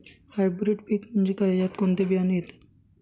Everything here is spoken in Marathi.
हायब्रीड पीक म्हणजे काय? यात कोणते बियाणे येतात?